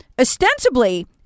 ostensibly